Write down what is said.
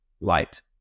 light